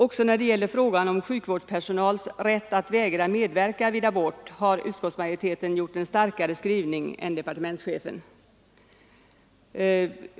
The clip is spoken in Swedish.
Också när det gäller frågan om sjukvårdspersonals rätt att vägra medverka vid abort har utskottsmajoriteten gjort en starkare skrivning än departementschefen.